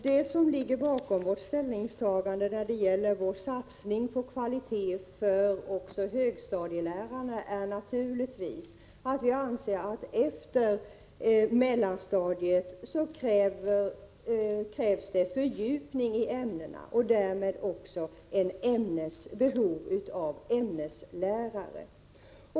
Det som ligger bakom folkpartiets ställningstagande när det gäller satsningen på kvalitet för högstadielärarna är naturligtvis att vi anser att det efter mellanstadiet krävs en fördjupning i ämnena och att det därmed behövs ämneslärare.